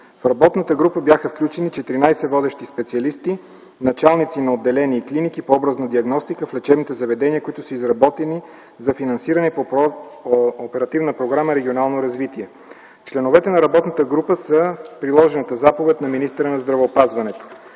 В работната група бяха включени 14 водещи специалисти, началници на отделения и клиники по образна диагностика в лечебните заведения, които са изработени за финансиране по Оперативна програма „Регионално развитие”. Членовете на работната група са в приложената заповед на министъра на здравеопазването.